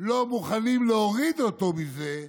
לא מוכנים להוריד אותו מזה,